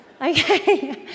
Okay